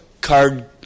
card